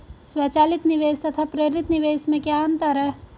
स्वचालित निवेश तथा प्रेरित निवेश में क्या अंतर है?